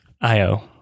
I-O